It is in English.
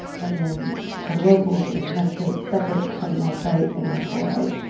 and then for the locals, it was nitrate separate from nitrite and then fluoride.